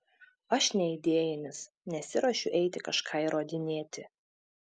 aš neidėjinis nesiruošiu eiti kažką įrodinėti